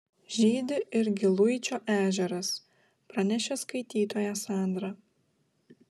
žydi ir giluičio ežeras pranešė skaitytoja sandra